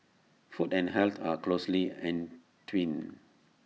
food and health are closely entwined